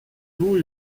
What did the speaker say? vous